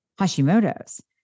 Hashimoto's